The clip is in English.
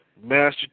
master